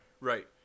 Right